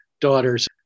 daughters